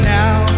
now